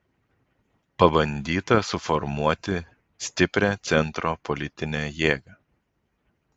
pabandyta suformuoti stiprią centro politinę jėgą